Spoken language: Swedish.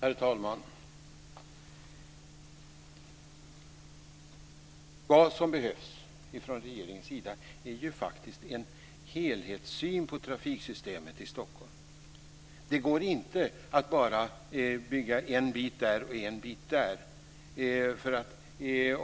Herr talman! Vad som behövs från regeringens sida är en helhetssyn på trafiksystemet i Stockholm. Det går inte att bara bygga en bit här och en bit där.